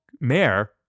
Mayor